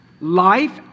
life